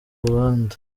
rubanda